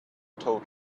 total